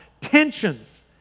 Tensions